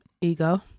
ego